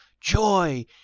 joy